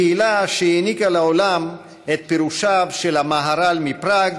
קהילה שהעניקה לעולם את פירושיו של המהר"ל מפראג